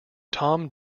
tom